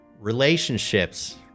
Relationships